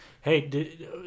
Hey